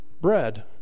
Bread